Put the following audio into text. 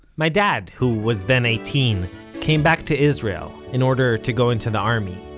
my dad who was then eighteen came back to israel, in order to go into the army.